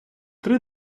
три